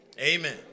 Amen